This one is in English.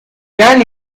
can